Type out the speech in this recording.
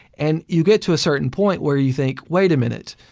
and you get to a certain point where you think, wait a minute,